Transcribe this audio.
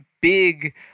big